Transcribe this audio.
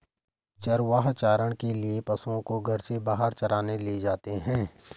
चरवाहे चारण के लिए पशुओं को घर से बाहर चराने ले जाते हैं